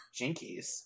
Jinkies